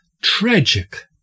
tragic